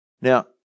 Now